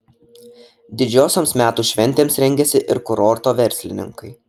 didžiosioms metų šventėms rengiasi ir kurorto verslininkai